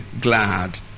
glad